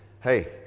hey